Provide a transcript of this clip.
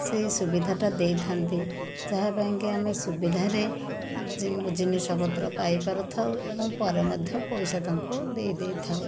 ସେଇ ସୁବିଧାଟା ଦେଇଥାନ୍ତି ଯାହା ପାଇଁ କି ଆମେ ସୁବିଧା ରେ ଜିନିଷ ପତ୍ର ପାଇପାରୁଥାଉ ଏବଂ ପରେ ମଧ୍ୟ ପଇସା ତାଙ୍କୁ ଦେଇ ଦେଇଥାଉ